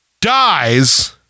Dies